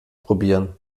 probieren